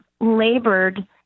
labored